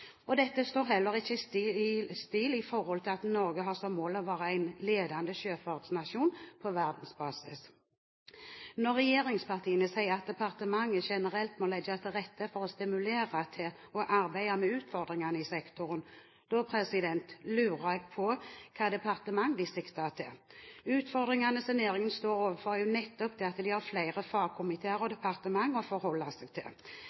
Dette står heller ikke i stil med at Norge har som mål å være en ledende sjøfartsnasjon på verdensbasis. Når regjeringspartiene sier at departementet generelt må legge til rette for og stimulere til å arbeide med utfordringene i sektoren, lurer jeg på hvilket departement de sikter til. Utfordringene som næringen står overfor, er jo nettopp det at de har flere fagkomiteer og departement å forholde seg til.